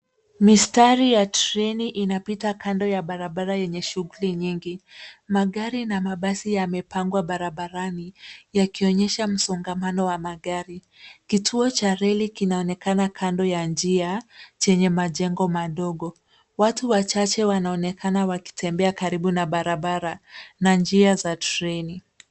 Mistari ya treni inapita kando ya barabara yenye shughuli nyingi. Magari na mabasi yamepangwa barabarani yakionyesha msongamano wa magari. Kituo cha reli kinaonekana kando ya njia chenye majengo madogo. Watu wachache wanaonekana wakitembea karibu na barabara na njia za treni.